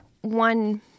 One